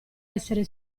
essere